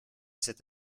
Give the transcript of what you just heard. cet